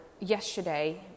yesterday